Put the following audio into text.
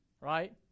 right